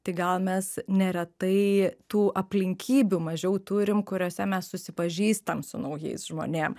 tai gal mes neretai tų aplinkybių mažiau turim kuriose mes susipažįstam su naujais žmonėm